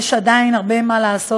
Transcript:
יש עדיין הרבה מה לעשות,